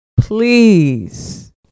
please